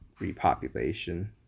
repopulation